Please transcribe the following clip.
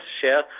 share